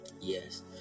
yes